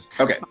okay